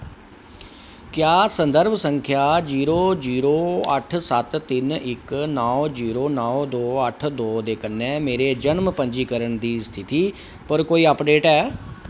क्या संदर्भ संख्या जीरो जीरो अट्ठ सत्त तिन इक नौ जीरो नौ दो अट्ठ दो दे कन्नै मेरे जन्म पंजीकरण दी स्थिति पर कोई अपडेट ऐ